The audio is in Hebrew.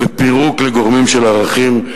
ופירוק לגורמים של ערכים,